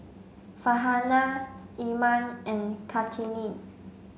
Farhanah Iman and Kartini